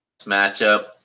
matchup